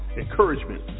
encouragement